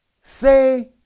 Say